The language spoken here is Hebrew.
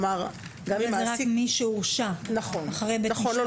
וזה רק מי שהורשע, אחרי בית משפט.